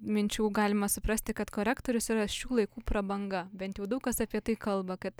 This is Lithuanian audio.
minčių galima suprasti kad korektorius yra šių laikų prabanga bent jau daug kas apie tai kalba kad